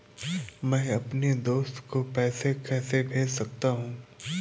मैं अपने दोस्त को पैसे कैसे भेज सकता हूँ?